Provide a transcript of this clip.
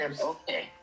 Okay